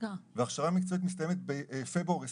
וההכשרה המקצועית מסתיימת בפברואר 2023,